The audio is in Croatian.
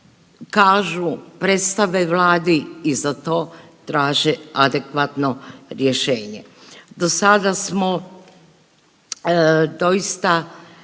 kažu, predstave Vladi i za to traže adekvatno rješenje. Dosada smo doista